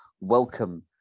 welcome